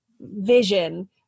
vision